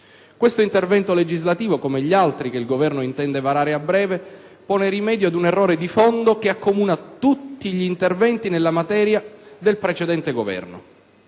Questo intervento legislativo, come gli altri che il Governo intende varare a breve, pone rimedio ad un errore di fondo che accomuna tutti gli interventi del precedente Governo